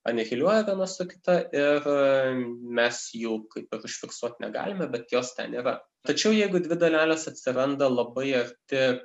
anihiliuoja viena su kita ir mes jų kaip ir užfiksuoti negalime bet jos nėra tačiau jeigu dvi dalelės atsiranda labai arti